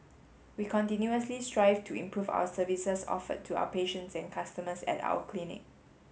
we continuously strive to improve our services offered to our patients and customers at our clinic